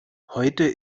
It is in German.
heute